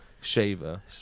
shaver